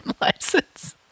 license